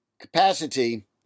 capacity